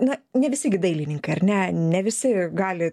na ne visi gi dailininkai ar ne ne visi gali